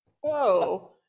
Whoa